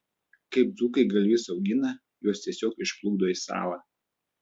kaip dzūkai galvijus augina juos tiesiog išplukdo į salą